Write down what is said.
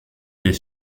les